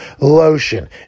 lotion